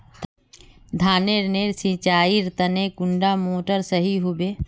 धानेर नेर सिंचाईर तने कुंडा मोटर सही होबे?